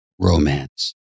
romance